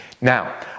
Now